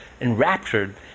enraptured